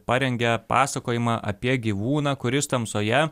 parengia pasakojimą apie gyvūną kuris tamsoje